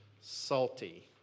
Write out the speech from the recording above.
salty